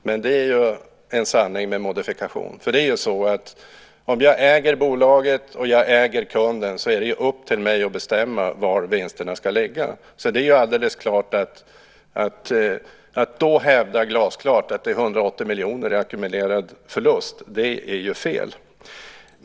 Men det är en sanning med modifikation, för om jag äger bolaget och äger kunden är det upp till mig att bestämma var vinsterna ska ligga. Att då glasklart hävda att det är 180 miljoner i ackumulerad förlust är ju fel.